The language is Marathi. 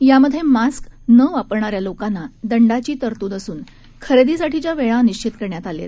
यामध्ये मास्क न वापरणाऱ्या लोकांना दंडाची तरतूद असून खरेदीसाठीच्या वेळा निश्वित करण्यात आल्या आहेत